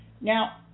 Now